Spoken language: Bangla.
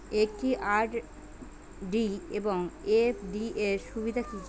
একটি আর.ডি এবং এফ.ডি এর সুবিধা কি কি?